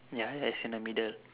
ya ya is in the middle